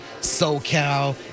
SoCal